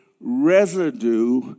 residue